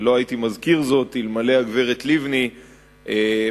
ולא הייתי מזכיר זאת אלמלא הגברת לבני מצאה